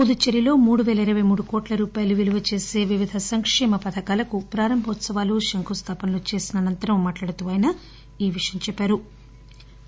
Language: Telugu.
పుదుచ్చేరిలో మూడుపేల ఇరవై మూడు కోట్ల రూపాయలు విలువ చేసే వివిధ సంకేమ పథకాలకు ప్రారంభోత్పవాలు శంకుస్థాపనలు చేసిన అనంతరం మాట్లాడుతూ ఆయన ఈ విషయం చెప్పారు